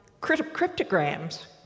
cryptograms